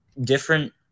different